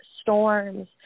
storms